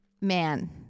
man